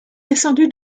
descendu